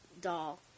doll